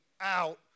out